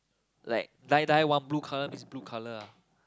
like die die want blue color means blue color ah